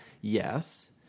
Yes